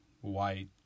white